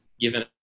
given